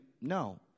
no